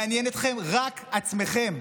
מעניין אתכם רק אתם עצמכם.